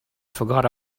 forgot